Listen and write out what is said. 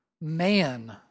man